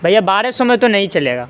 بھیا بارہ سو میں تو نہیں چلے گا